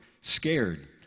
scared